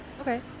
Okay